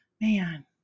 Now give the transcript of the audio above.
man